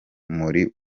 muri